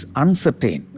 uncertain